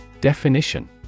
Definition